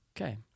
Okay